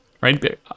right